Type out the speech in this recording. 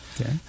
Okay